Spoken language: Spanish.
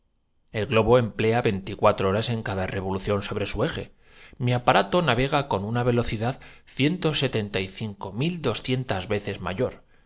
cosa cuatro horas en cada revolución sobre su eje mi apa que la vegetación rudimen rato navega con una velocidad ciento setenta y cinco taria y por último los infusorios del vapor de agua mil doscientas veces mayor